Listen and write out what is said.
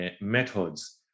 methods